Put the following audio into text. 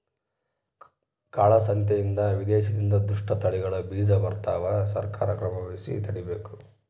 ಕಾಳ ಸಂತೆಯಿಂದ ವಿದೇಶದಿಂದ ದುಷ್ಟ ತಳಿಗಳ ಬೀಜ ಬರ್ತವ ಸರ್ಕಾರ ಕ್ರಮವಹಿಸಿ ತಡೀಬೇಕು